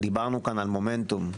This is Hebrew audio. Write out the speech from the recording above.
- דיברנו על מומנטום.